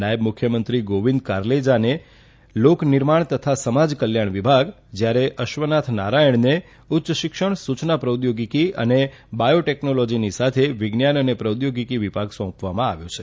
નાયબ મુખ્યમંત્રી ગોવિંદ કારજાલને લોક નિર્માણ તથા સમાજ કલ્યાણ વિભાગ જ્યારે અશ્વનાથ નારાયણને ઉચ્ય શિક્ષણ સૂચના પ્રૌદ્યોગીકી અને બાયોટેકનોલોજીની સાથે વિજ્ઞાન અને આભાર નિહારીકા રવિયા પ્રૌદ્યોગીકી વિભાગ સોંપવામાં આવ્યો છે